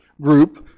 group